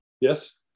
Yes